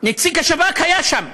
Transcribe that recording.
נציג השב"כ היה שם,